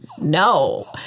no